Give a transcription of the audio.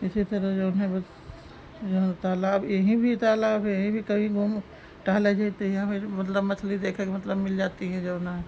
इसी तरह जो है बस जो है तालाब यहीं भी तालाब है यहीं भी कभी घूमो टहलने जाते है यहाँ भी मतलब मछली देखने के मतलब मिल जाती है जो है